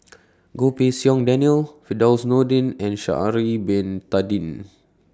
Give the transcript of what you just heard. Goh Pei Siong Daniel Firdaus Nordin and Sha'Ari Bin Tadin